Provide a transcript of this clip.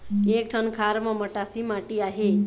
एक ठन खार म मटासी माटी आहे?